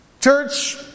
Church